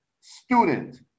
student